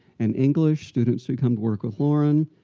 and english, students would come to work with lauren.